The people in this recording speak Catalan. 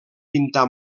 pintar